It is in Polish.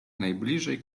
najbliżej